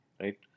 right